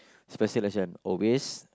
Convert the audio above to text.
special lesson always